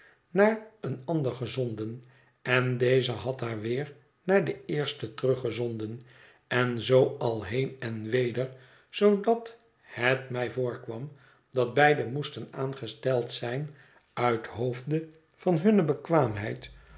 naar een ander gezonden en deze had haar weer naar den eersten teruggezonden en zoo al heen en weder zoodat het mij voorkwam dat beide moesten aangesteld zijn uithoofde van hunne bekwaamheid